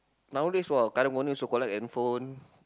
nowadays !wah! Karung-Guni also collect handphone